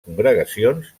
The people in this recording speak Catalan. congregacions